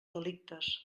delictes